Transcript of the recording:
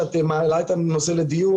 שאת מעלה את הנושא לדיון.